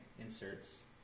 inserts